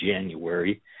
January